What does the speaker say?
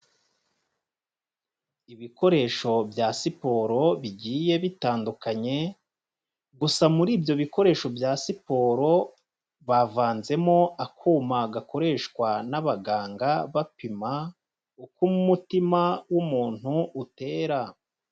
Ibikoresho bya siporo bigiye bitandukanye, gusa muri ibyo bikoresho bya siporo bavanzemo akuma gakoreshwa n'abaganga bapima uko umutima w'umuntu utera.